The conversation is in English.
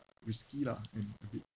risky lah and a bit